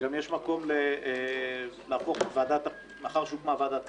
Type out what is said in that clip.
גם יש מקום, מאחר שהוקמה ועדת כנסת,